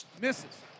Misses